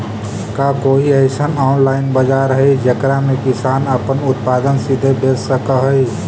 का कोई अइसन ऑनलाइन बाजार हई जेकरा में किसान अपन उत्पादन सीधे बेच सक हई?